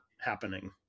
happening